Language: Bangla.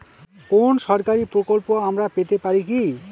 কোন সরকারি প্রকল্প আমরা পেতে পারি কি?